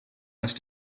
must